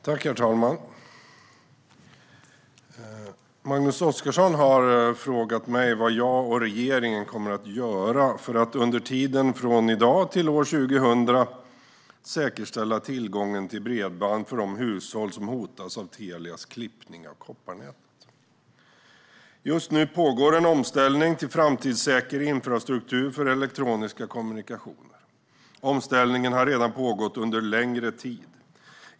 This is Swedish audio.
Herr talman! Magnus Oscarsson har frågat mig vad jag och regeringen kommer att göra för att, under tiden från i dag till år 2020, säkerställa tillgången till bredband för de hushåll som hotas av Telias klippning av kopparnätet. Just nu pågår en omställning till framtidssäker infrastruktur för elektroniska kommunikationer. Omställningen har redan pågått under en längre tid.